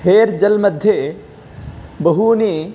hair gel मध्ये बहूनि